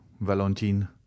Valentine